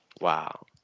Wow